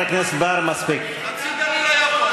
חבר הכנסת פריג' שיגיד מילה על הצפון והגליל.